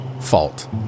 fault